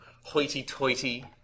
hoity-toity